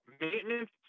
maintenance